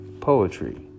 Poetry